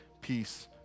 peace